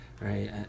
right